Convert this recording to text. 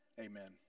Amen